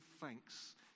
thanks